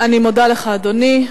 אני מודה לך, אדוני.